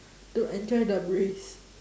to enjoy the breeze